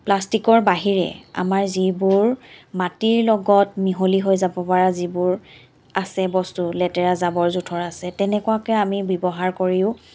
প্লাষ্টিকৰ বাহিৰে আমাৰ যিবোৰ মাটিৰ লগত মিহলি হৈ যাব পৰা যিবোৰ আছে বস্তু লেতেৰা জাবৰ জোথৰ আছে তেনেকুৱাকৈ আমি ব্যৱহাৰ কৰিও